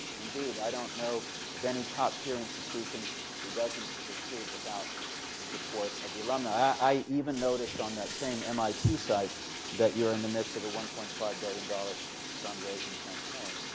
indeed, i don't know of any top tier institution who doesn't succeed without the support of the alumni. i even noticed on that same mit site that you're in the midst of a one point five billion dollars fund-raising campaign.